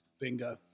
Bingo